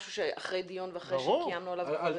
עדיף שזה יהיה משהו אחרי דיון ואחרי שקיימנו עליו כבר את שינויים.